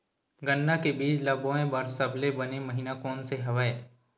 गन्ना के बीज ल बोय बर सबले बने महिना कोन से हवय?